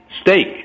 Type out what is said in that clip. steak